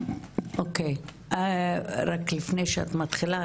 רק לפני שאת מתחילה,